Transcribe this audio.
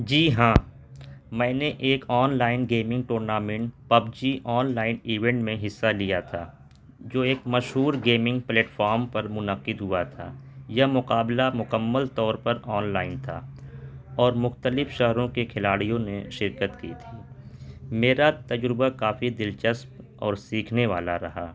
جی ہاں میں نے ایک online gaming tournament PUBG online event میں حصہ لیا تھا جو ایک مشہور گیمنگ پلیٹفام پر منعقد ہوا تھا یہ مقابلہ مکمل طور پر آن لائن تھا اور مختلف شہروں کے کھلاڑیوں نے شرکت کی تھی میرا تجربہ کافی دلچسپ اور سیکھنے والا رہا